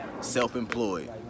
self-employed